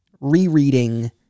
rereading